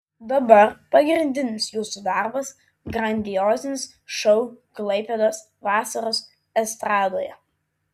dabar pagrindinis jūsų darbas grandiozinis šou klaipėdos vasaros estradoje